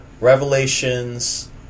Revelations